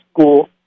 school